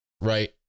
Right